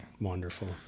Wonderful